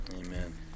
Amen